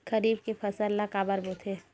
खरीफ के फसल ला काबर बोथे?